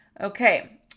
Okay